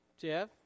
Jeff